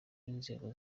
b’inzego